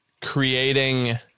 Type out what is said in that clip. creating